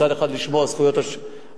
מצד אחד לשמור על זכויות הכבאים,